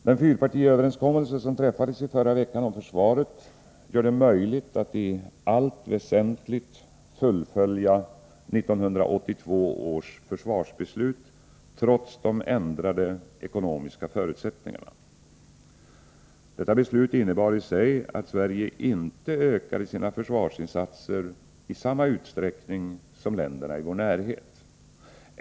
Den fyrpartiöverenskommelse som träffades i förra veckan om försvaret gör det möjligt att i allt väsentligt fullfölja 1982 års försvarsbeslut trots de ändrade ekonomiska förutsättningarna. Detta beslut innebar i sig att Sverige inte ökade sina försvarsinsatser i samma utsträckning som länderna i vår närhet.